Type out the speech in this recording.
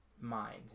mind